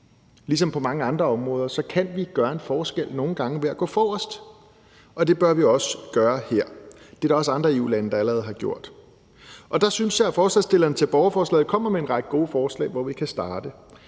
Ligesom på mange andre områder kan vi nogle gange gøre en forskel ved at gå forrest, og det bør vi også gøre her. Det er der også andre EU-lande der allerede har gjort. Og der synes jeg, at stillerne af borgerforslaget kommer med en række gode forslag, som vi kan starte